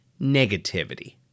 negativity